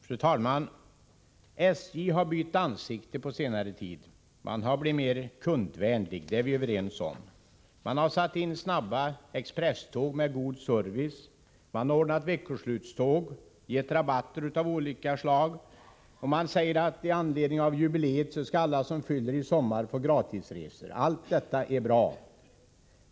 Fru talman! SJ har bytt ansikte på senare tid, man har blivit mer kundvänlig — det är vi överens om. Man har satt in snabba expresståg. Man har anordnat veckoslutståg och gett rabatter av olika slag. Och man säger att med anledning av jubileet skall alla som fyller år i sommar få gratisresor. Allt detta är bra.